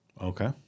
Okay